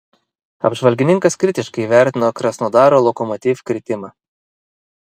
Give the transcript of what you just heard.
apžvalgininkas kritiškai įvertino krasnodaro lokomotiv kritimą